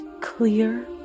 clear